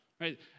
right